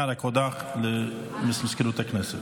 הודעה למזכירות הכנסת.